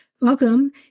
Welcome